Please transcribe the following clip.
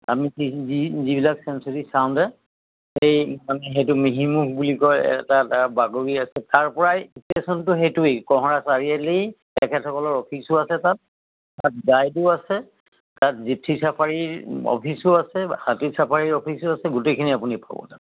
আমি যিবিলাক চেঞ্চুৰী চাওঁ যে সেই মানে সেইটো মিহিমুখ বুলি কয় এটা এটা বাগৰি আছে তাৰপৰাই ষ্টেশ্যনটো সেইটোৱেই কঁহৰা চাৰিআলি তেখেতসকলৰ অফিচো আছে তাত তাত গাইডো আছে তাত জিপচি চাফাৰীৰ অফিচো আছে হাতী চাফাৰীৰ অফিচো আছে গোটেইখিনি আপুনি পাব তাত